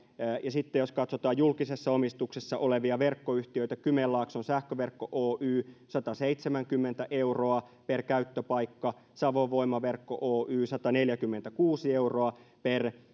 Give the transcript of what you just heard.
ja sitten jos katsotaan julkisessa omistuksessa olevia verkkoyhtiöitä kymenlaakson sähköverkko oy sataseitsemänkymmentä euroa per käyttöpaikka savon voima verkko oy sataneljäkymmentäkuusi euroa per